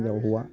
हिन्जाव हौवा